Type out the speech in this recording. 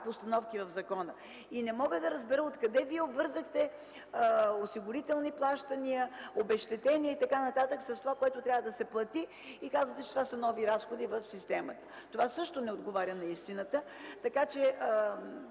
постановки в закона. Не мога да разбера откъде вие обвързахте осигурителни плащания, обезщетения и така нататък с това, което трябва да се плати, и казвате, че това са нови разходи в системата. Това също не отговаря на истината. Така че